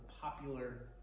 popular